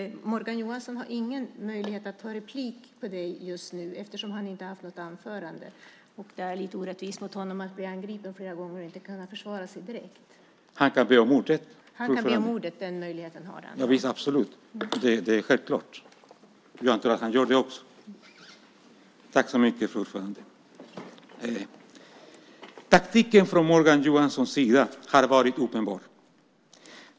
Han kan begära ordet. Absolut. Det är självklart. Jag antar att han gör det också. Tack, fru talman. Taktiken från Morgan Johanssons sida har varit uppenbar.